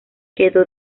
quedó